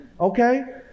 okay